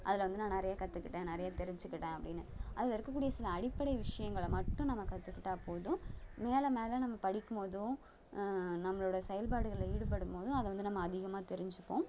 அதில் வந்து நான் நிறைய கத்துக்கிட்டேன் நிறைய தெரிஞ்சுகிட்டேன் அப்படீன்னு அதில் இருக்கக்கூடிய சில அடிப்படை விஷயங்களை மட்டும் நம்ம கற்றுக்கிட்டா போதும் மேலே மேலே நம்ம படிக்கும் போதும் நம்மளோடய செயல்பாடுகளில் ஈடுபடும் போதும் அதை வந்து நம்ம அதிகமாக தெரிஞ்சுப்போம்